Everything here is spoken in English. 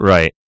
Right